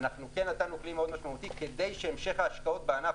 אנחנו כן נתנו כלי מאוד משמעותי כדי שהמשך ההשקעות בענף,